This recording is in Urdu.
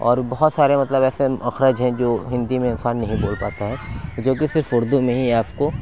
اور بہت سارے مطلب ایسے مخرج ہیں جو ہندی میں انسان نہیں بول پاتا ہے جو کہ صرف اُردو میں ہی آپ کو